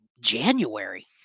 January